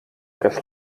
kas